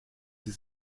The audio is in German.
sie